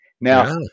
now